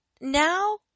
now